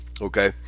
Okay